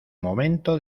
momento